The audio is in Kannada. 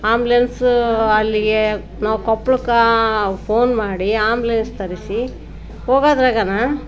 ಆ್ಯಂಬುಲೆನ್ಸು ಅಲ್ಲಿಗೆ ನಾವು ಕೊಪ್ಪಳಕ್ಕೆ ಫೋನ್ ಮಾಡಿ ಆ್ಯಂಬುಲೆನ್ಸ್ ತರಿಸಿ ಹೋಗೋದ್ರಾಗೇನೆ